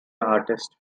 artist